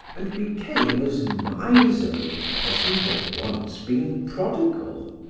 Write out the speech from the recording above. and became as miserly as he had once been prodigal.